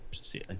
see